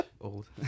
old